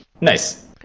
nice